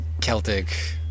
celtic